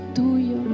tuyo